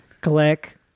Click